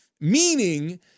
meaning